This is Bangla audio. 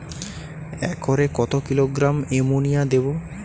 একরে কত কিলোগ্রাম এমোনিয়া দেবো?